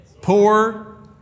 poor